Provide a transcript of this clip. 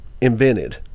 invented